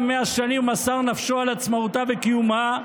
מ-100 שנים ומסר נפשו על עצמאותה וקיומה,